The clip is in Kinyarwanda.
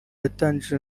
yatangijwe